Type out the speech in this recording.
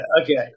Okay